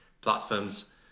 platforms